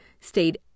stayed